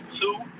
two